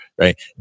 Right